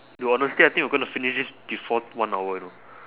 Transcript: dude honestly I think we gonna finish this before one hour you know